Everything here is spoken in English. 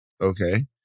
Okay